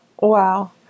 Wow